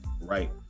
right